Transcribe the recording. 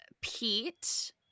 pete